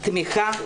תמיכה,